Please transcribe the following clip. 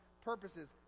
purposes